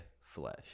flesh